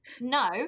no